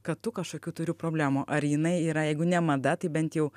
kad tu kažkokių turi problemų ar jinai yra jeigu ne mada tai bent jau